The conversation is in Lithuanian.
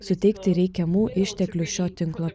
suteikti reikiamų išteklių šio tinklo